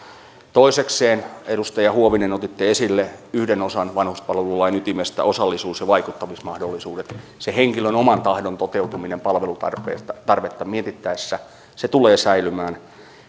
toisekseen edustaja huovinen otitte esille yhden osan vanhuspalvelulain ytimestä osallisuus ja vaikuttamismahdollisuudet se henkilön oman tahdon toteutuminen palvelutarvetta mietittäessä tulee säilymään